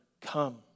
Come